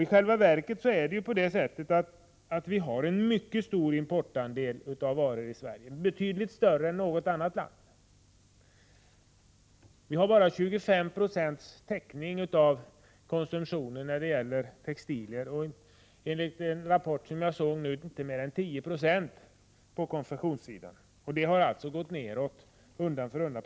I själva verket har vi i Sverige en mycket stor andel importerade varor, betydligt större än man har i något annat land. Vår egen produktion av textilier ger bara 25 96 täckning. Enligt en rapport som jag nyligen läste är vår egen täckning på konfektionssidan bara 10 96. Det har alltså gått nedåt undan för undan.